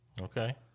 Okay